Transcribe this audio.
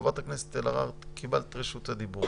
חברת הכנסת אלהרר, קיבלת את רשות הדיבור